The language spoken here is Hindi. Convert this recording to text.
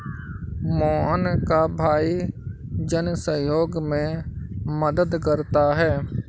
मोहन का भाई जन सहयोग में मदद करता है